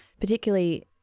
particularly